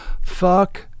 Fuck